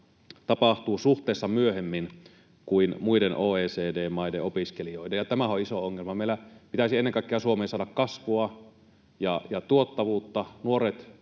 tapahtuu suhteessa myöhemmin kuin muiden OECD-maiden opiskelijoiden, ja tämä on iso ongelma. Meidän pitäisi ennen kaikkea saada Suomeen kasvua ja tuottavuutta,